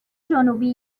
جنوبی